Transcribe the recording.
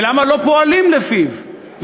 ולמה לא פועלים לפיו,